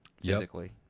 physically